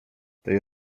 tej